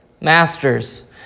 Masters